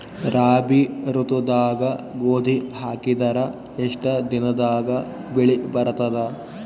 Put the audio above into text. ರಾಬಿ ಋತುದಾಗ ಗೋಧಿ ಹಾಕಿದರ ಎಷ್ಟ ದಿನದಾಗ ಬೆಳಿ ಬರತದ?